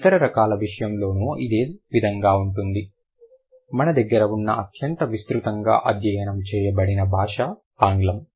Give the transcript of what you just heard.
ఇతర భాషల విషయంలోనూ అదే విధంగా ఉంటుంది మన దగ్గర ఉన్న అత్యంత విస్తృతంగా అధ్యయనం చేయబడిన భాష ఆంగ్లం